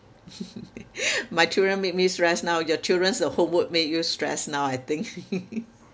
my children make me stress now your children's the homework make you stress now I think